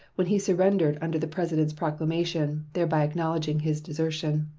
when he surrendered under the president's proclamation, thereby acknowledging his desertion.